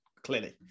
clearly